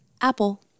Apple